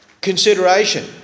consideration